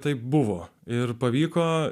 taip buvo ir pavyko